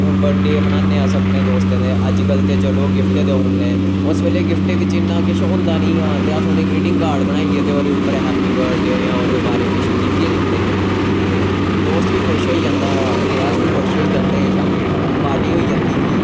हून birthday बनाने अस अपने दोस्तें दे अज्ज कल ते चलो गिफ्ट देई ओड़ने उस बेल्लै गिफ्टै बिच्च किश इन्ना होंदा नी हा ते अस उनेंगी ग्रिटिंट काड़ बनाईयै ते ओह्दे पर हैप्पी बर्थडे जां ओह्दे बारे खिस लिखियै दिंदे हे ते दोस्त बी खुश होई जंदा हा ते अस बी खुश होई जंदे हे शाम्मी पार्टी होई जंदी ही